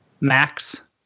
max